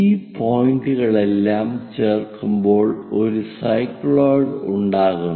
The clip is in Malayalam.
ഈ പോയിന്റുകളെല്ലാം ചേർക്കുമ്പോൾ ഒരു സൈക്ലോയിഡ് ഉണ്ടാകുന്നു